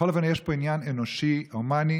בכל אופן, יש פה עניין אנושי, הומני.